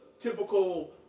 typical